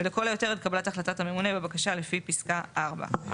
ולכל היותר עד קבלת החלטת הממונה בבקשה לפי פיסקה (4);